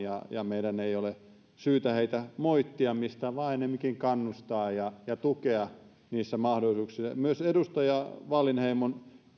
ja meidän ei ole syytä heitä moittia mistään vaan ennemminkin kannustaa ja ja tukea niissä mahdollisuuksissa myös edustaja wallinheimon